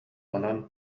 онон